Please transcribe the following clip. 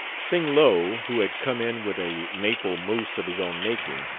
sing-lo, who had come in with a maple mousse of his own making,